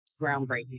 Groundbreaking